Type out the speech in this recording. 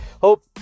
hope